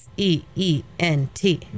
E-E-N-T